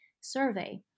survey